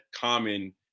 common